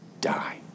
die